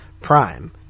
prime